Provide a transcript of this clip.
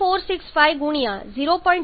465 ગુણ્યા 0